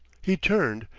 he turned,